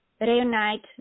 reunite